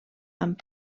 amb